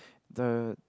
the